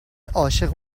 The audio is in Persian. عاشق